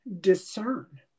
discern